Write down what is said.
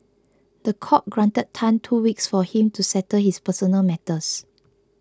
the court granted Tan two weeks for him to settle his personal matters